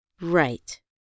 Right